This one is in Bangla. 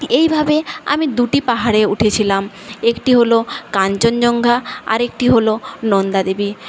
এইভাবে আমি দুটি পাহাড়ে উঠেছিলাম একটি হল কাঞ্চনজঙ্ঘা আর একটি হল নন্দাদেবী